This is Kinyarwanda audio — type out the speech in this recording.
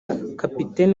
kapiteni